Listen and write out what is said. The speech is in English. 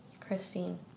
Christine